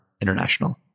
international